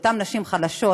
ואותן נשים חלשות,